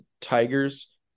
Tigers